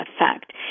effect